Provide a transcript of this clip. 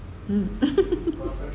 mm